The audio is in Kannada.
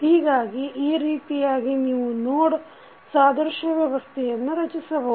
ಹೀಗಾಗಿ ಈ ರೀತಿಯಾಗಿ ನೀವು ನೋಡ್ ಸಾದೃಶ್ಯ ವ್ಯವಸ್ಥೆಯನ್ನು ರಚಿಸಬಹುದು